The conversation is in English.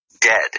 dead